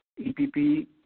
EPP